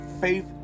faith